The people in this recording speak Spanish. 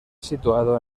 situado